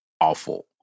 awful